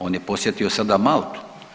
On je posjetio sada Maltu.